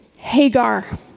Hagar